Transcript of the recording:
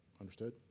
understood